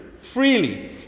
Freely